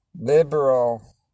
liberal